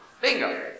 Bingo